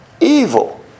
evil